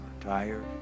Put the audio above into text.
tired